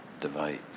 divides